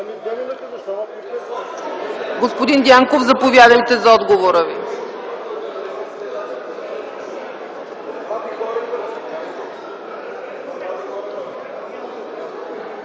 Господин Дянков, заповядайте да отговорите